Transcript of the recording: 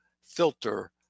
filter